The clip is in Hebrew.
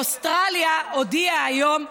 אוסטרליה הודיעה היום,